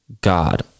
God